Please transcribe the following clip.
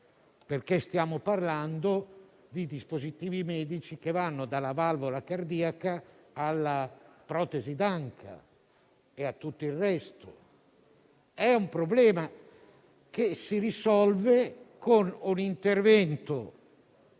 perché stiamo parlando di dispositivi medici che vanno dalla valvola cardiaca alla protesi d'anca e a tutto il resto) è un problema. È un problema che si risolve con un intervento